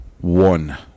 One